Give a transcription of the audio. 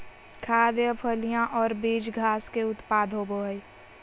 खाद्य, फलियां और बीज घास के उत्पाद होबो हइ